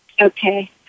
okay